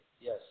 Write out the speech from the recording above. Yes